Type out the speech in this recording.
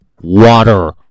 Water